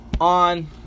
on